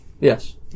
Yes